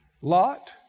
Lot